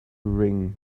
ring